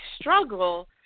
struggle